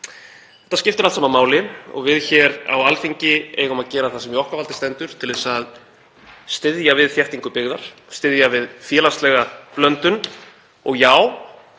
Þetta skiptir allt saman máli og við hér á Alþingi eigum að gera það sem í okkar valdi stendur til að styðja við þéttingu byggðar, styðja við félagslega blöndun. Og já,